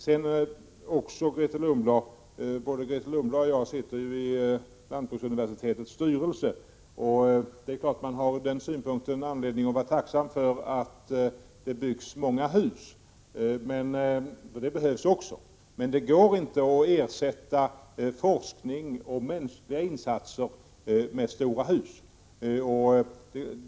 Både Grethe Lundblad och jag sitter i lantbruksuniversitetets styrelse. Det finns anledning att vara tacksam för att det byggs många hus, för det behövs också. Men det går inte att ersätta forskning och mänskliga insatser med stora hus.